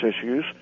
issues